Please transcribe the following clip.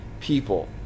people